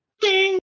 Ding